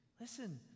Listen